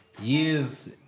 Years